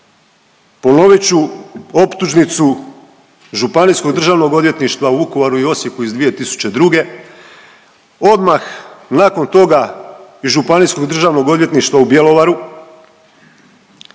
Ponovit ću optužnicu Županijskog državnog odvjetništva u Vukovaru i Osijeku iz 2002. odmah nakon toga i Županijskog državnog odvjetništva u Bjelovaru